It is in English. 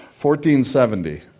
1470